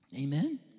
amen